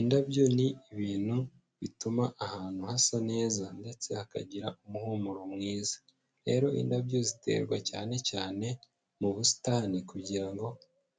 Indabyo ni ibintu bituma ahantu hasa neza ndetse hakagira umuhumuro mwiza. Rero indabyo ziterwa cyanecyane mu busitani kugira ngo